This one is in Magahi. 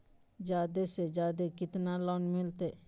जादे से जादे कितना लोन मिलते?